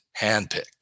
handpicked